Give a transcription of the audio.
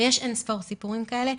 ויש אין-ספור סיפורים כאלה,